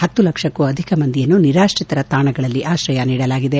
ಹತ್ತು ಲಕ್ಷಕ್ಕೂ ಅಧಿಕ ಮಂದಿಗೆ ನಿರಾಶ್ರಿತರ ತಾಣಗಳಲ್ಲಿ ಆಶ್ರಯ ನೀಡಲಾಗಿದೆ